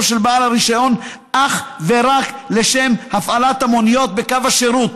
של בעל הרישיון אך ורק לשם הפעלת המוניות בקו השירות